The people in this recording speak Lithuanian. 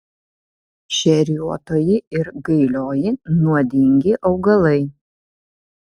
šeriuotoji ir gailioji nuodingi augalai